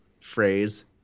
phrase